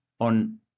on